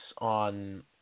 on